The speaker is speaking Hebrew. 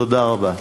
תודה רבה.